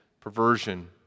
perversion